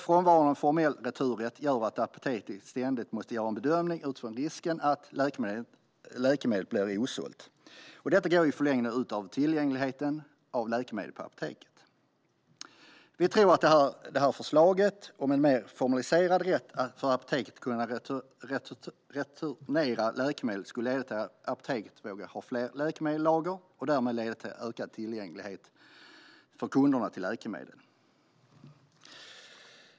Frånvaron av en formell returrätt gör att apoteken ständigt måste göra bedömningar utifrån risken att ett läkemedel förblir osålt. Detta går i förlängningen ut över tillgängligheten av läkemedel på apoteken. Vi tror att det här förslaget om en mer formaliserad rätt för apoteken att kunna returnera läkemedel skulle leda till att apoteken vågade ha fler läkemedel i lager och därmed till en ökad tillgänglighet till läkemedel för kunderna.